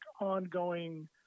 ongoing